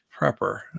prepper